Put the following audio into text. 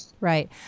Right